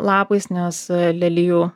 lapais nes lelijų